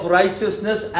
righteousness